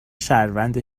شهروند